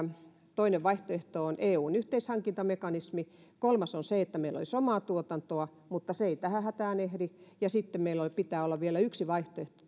toinen vaihtoehto on eun yhteishankintamekanismi ja kolmas on se että meillä olisi omaa tuotantoa mutta se ei tähän hätään ehdi ja sitten meillä pitää olla vielä yksi vaihtoehto